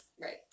Right